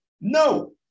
No